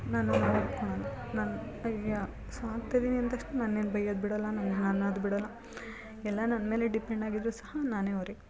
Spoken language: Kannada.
ನಾನು ನಾನು ನಾನು ಯಾ ಸಾಕ್ತಿದೀನಿ ಅಂದ ತಕ್ಷಣ ನನ್ನ ಏನು ಬೈಯೋದು ಬಿಡಲ್ಲ ನನ್ನ ಅನ್ನೋದು ಬಿಡಲ್ಲ ಎಲ್ಲ ನನ್ನ ಮೇಲೆ ಡಿಪೆಂಡ್ ಆಗಿದ್ದರೂ ಸಹ ನಾನೇ ಹೊರೆ